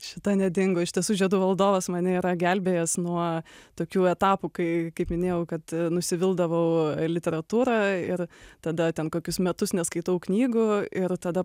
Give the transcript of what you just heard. šita nedingo iš tiesų žiedų valdovas mane yra gelbėjęs nuo tokių etapų kai kaip minėjau kad nusivildavau literatūra ir tada ten kokius metus neskaitau knygų ir tada